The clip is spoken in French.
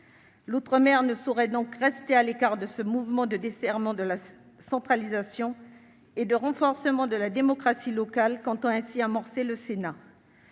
L'outre-mer ne saurait rester à l'écart du mouvement de desserrement de la centralisation et de renforcement de la démocratie locale qu'entend ainsi amorcer le Sénat.